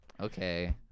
Okay